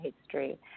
history